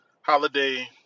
holiday